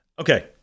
Okay